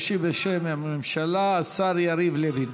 ישיב בשם הממשלה השר יריב לוין.